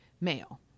male—